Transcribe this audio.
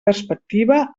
perspectiva